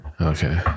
Okay